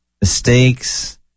mistakes